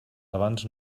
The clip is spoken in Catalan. abans